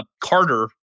Carter